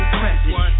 present